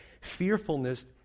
Fearfulness